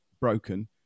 broken